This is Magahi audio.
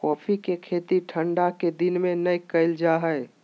कॉफ़ी के खेती ठंढा के दिन में नै कइल जा हइ